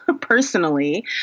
personally